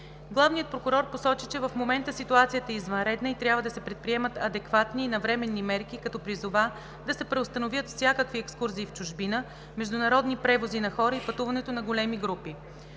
Главният прокурор посочи, че в момента ситуацията е извънредна и трябва да се предприемат адекватни и навременни мерки, като призова да се преустановят всякакви екскурзии в чужбина, международни превози на хора и пътуването на големи групи.